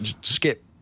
skip